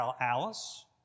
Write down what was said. Alice